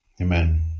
Amen